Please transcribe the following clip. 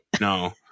No